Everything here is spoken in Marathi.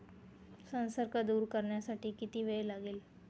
संसर्ग दूर करण्यासाठी किती वेळ लागेल?